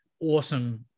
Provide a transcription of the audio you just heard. awesome